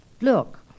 Look